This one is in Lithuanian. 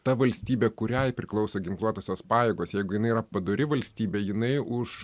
ta valstybė kuriai priklauso ginkluotosios pajėgos jeigu jinai yra padori valstybė jinai už